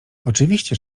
oczywiście